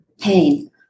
pain